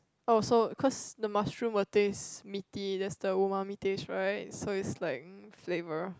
oh so cause the mushroom will taste meeky that's the umami taste right so it's like !mm! flavour